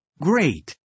Great